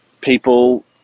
people